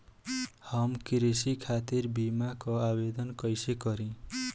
हम कृषि खातिर बीमा क आवेदन कइसे करि?